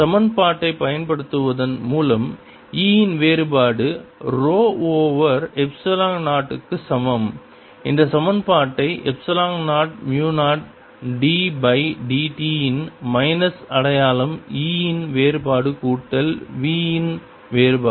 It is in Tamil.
சமன்பாட்டை பயன்படுத்துவதன் மூலம் E இன் வேறுபாடு ரோ ஓவர் எப்சிலன் 0 க்கு சமம் இந்த சமன்பாட்டை epsilon 0 mu 0 d by d t இன் மைனஸ் அடையாளம் e இன் வேறுபாடு கூட்டல் v இன் வேறுபாடு